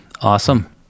awesome